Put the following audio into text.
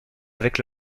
avec